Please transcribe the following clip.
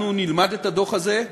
אנחנו נלמד את הדוח הזה,